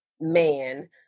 man